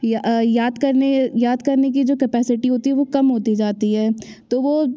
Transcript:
या याद करने याद करने की जो कैपेसिटी होती है वो कम होते जाती है तो वो